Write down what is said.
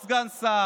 עוד סגן שר,